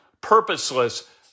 purposeless